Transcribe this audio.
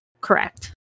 correct